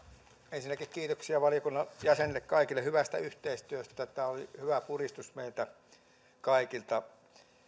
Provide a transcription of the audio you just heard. ensinnäkin kiitoksia valiokunnan jäsenille kaikille hyvästä yhteistyöstä tämä oli hyvä puristus meiltä kaikilta